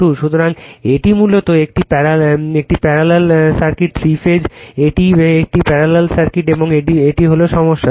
সুতরাং এটি মূলত একটি প্যারালেল সার্কিট থ্রি ফেজ এটি একটি প্যারালেল সার্কিট এবং এটি হল সমস্যা